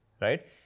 right